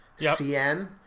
CN